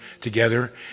together